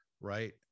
Right